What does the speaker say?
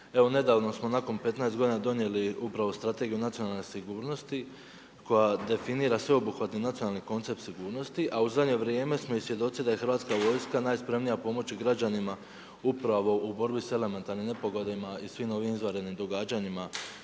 nedavno smo nakon 15 godina donijeli upravo Strategiju nacionalne sigurnosti koja definira sveobuhvatni nacionalni koncept sigurnosti a u zadnje vrijeme smo i svjedoci da je Hrvatska vojska najspremnija pomoći građanima upravo u borbi sa elementarnim nepogodama i svim ovim izvanrednim događanjima